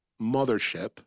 mothership